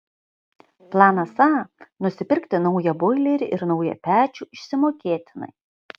planas a nusipirkti naują boilerį ir naują pečių išsimokėtinai